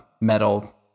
metal